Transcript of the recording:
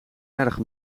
erg